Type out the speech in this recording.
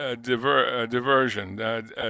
diversion